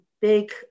big